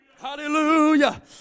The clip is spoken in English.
Hallelujah